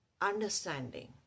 understanding